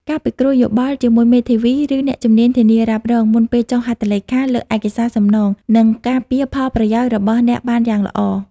ការពិគ្រោះយោបល់ជាមួយ មេធាវី ឬអ្នកជំនាញធានារ៉ាប់រង មុនពេលចុះហត្ថលេខាលើឯកសារសំណង នឹងការពារផលប្រយោជន៍របស់អ្នកបានយ៉ាងល្អ។